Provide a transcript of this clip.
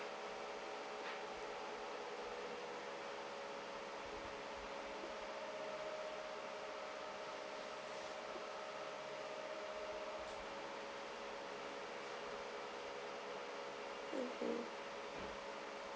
mmhmm